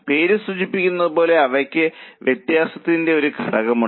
പേര് സൂചിപ്പിക്കുന്നത് പോലെ അവയ്ക്ക് വ്യതിയാനത്തിന്റെ ഒരു ഘടകമുണ്ട്